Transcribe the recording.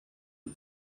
mit